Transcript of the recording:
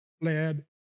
led